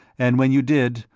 and when you did,